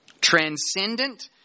transcendent